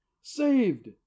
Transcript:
saved